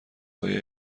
های